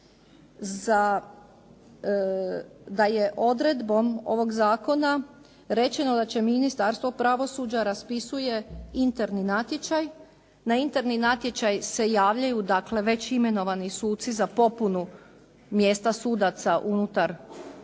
da je odredbom ovog zakona rečeno da će Ministarstvo pravosuđa raspisuje interni natječaj, na interni natječaj se javlja dakle već imenovani suci za popunu mjesta sudaca unutar sudskog